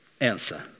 answer